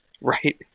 right